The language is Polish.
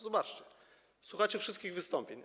Zobaczcie, słuchacie wszystkich wystąpień.